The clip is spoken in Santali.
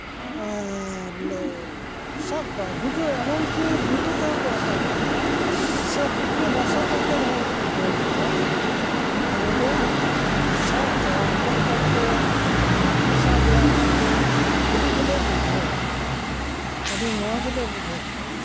ᱟᱨ ᱞᱮ ᱥᱟᱵ ᱠᱚᱣᱟ ᱜᱷᱩᱴᱩ ᱨᱮ ᱮᱢᱚᱱ ᱠᱤ ᱜᱷᱩᱴᱩ ᱛᱮᱦᱚᱸ ᱠᱚ ᱨᱟᱠᱟᱵᱚᱜ ᱜᱮᱭᱟ ᱥᱮ ᱯᱩᱠᱷᱨᱤ ᱵᱷᱟᱥᱟᱣ ᱠᱟᱛᱮᱫ ᱨᱮᱦᱚᱸ ᱠᱚ ᱫᱟᱹᱲ ᱜᱮᱭᱟ ᱟᱫᱚᱞᱮ ᱥᱟᱵ ᱠᱚᱣᱟ ᱚᱱᱠᱟᱞᱮᱠᱟᱛᱮ ᱦᱟᱹᱠᱩ ᱥᱟᱵ ᱨᱮᱭᱟᱜ ᱨᱟᱹᱥᱠᱟᱹ ᱟᱹᱰᱤ ᱜᱮᱞᱮ ᱵᱩᱡᱷᱟᱹᱣᱟ ᱟᱹᱰᱤ ᱢᱚᱡᱽ ᱞᱮ ᱵᱩᱡᱷᱟᱹᱣᱟ